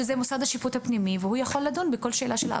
שזה מוסד השיפוט הפנימי והוא יכול לדון בכל שאלה של העברה.